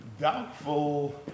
doubtful